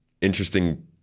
interesting